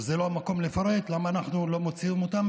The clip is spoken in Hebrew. וזה לא המקום לפרט למה אנחנו לא מוציאים אותם,